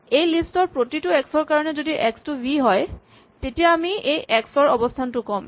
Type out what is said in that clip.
এই লিষ্ট ৰ প্ৰতিটো এক্স ৰ কাৰণে যদি এক্স টো ভি হয় তেতিয়া আমি সেই এক্স ৰ অৱস্হানটো ক'ম